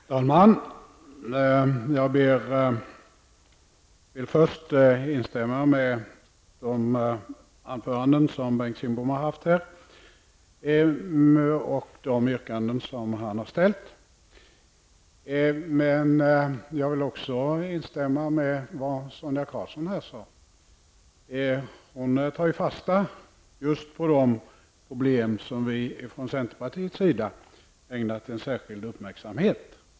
Herr talman! Jag vill först instämma i Bengt Kindboms anföranden och de yrkanden han har ställt. Jag vill också instämma i vad Sonia Karlsson sade. Hon tar fasta på just de problem vi från centerpartiets sida har ägnat en särskild uppmärksamhet.